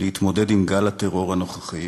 להתמודד עם גל הטרור הנוכחי,